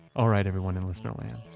all right everyone in listener land,